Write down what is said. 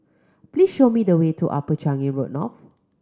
please show me the way to Upper Changi Road North